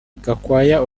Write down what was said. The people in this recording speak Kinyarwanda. gakwaya